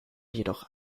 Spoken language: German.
jedoch